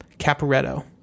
Caporetto